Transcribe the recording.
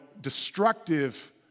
destructive